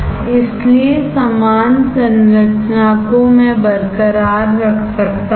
इसलिए समान संरचना को मैं बरकरार रख सकता हूं